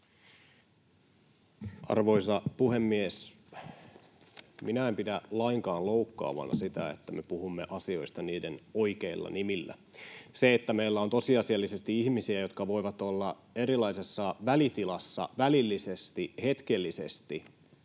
Arvoisa puhemies! Minä en pidä lainkaan loukkaavana sitä, että me puhumme asioista niiden oikeilla nimillä. Se, että meillä on tosiasiallisesti ihmisiä, jotka voivat olla erilaisessa välitilassa välillisesti ja hetkellisesti